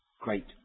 great